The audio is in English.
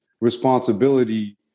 responsibility